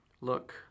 look